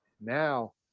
now